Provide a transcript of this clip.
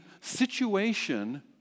situation